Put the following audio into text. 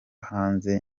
hanze